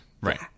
Right